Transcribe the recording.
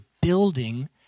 building